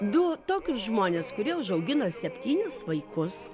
du tokius žmones kurie užaugino septynis vaikus